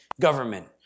government